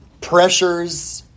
pressures